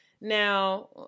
Now